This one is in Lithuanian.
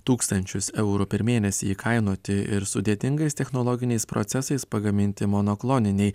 tūkstančius eurų per mėnesį įkainoti ir sudėtingais technologiniais procesais pagaminti monokloniniai